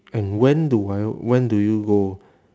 and when do I when do you go